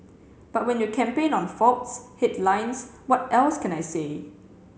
but when you campaign on faults headlines what else can I say